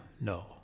No